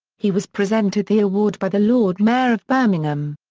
he was presented the award by the lord mayor of birmingham.